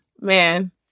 man